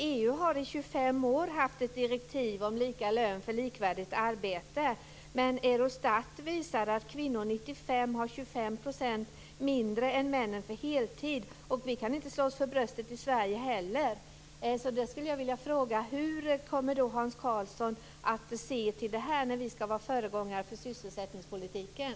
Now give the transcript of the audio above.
EU har i 25 år haft ett direktiv om lika lön för likvärdigt arbete. Men Eurostat visar att kvinnor år 1995 hade 25 % mindre i lön än männen för heltidsarbete, så inte heller vi i Sverige kan slå oss för bröstet. Hur kommer Hans Karlsson att se till detta när Sverige ska vara föregångare för sysselsättningspolitiken?